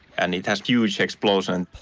and it has huge explosion.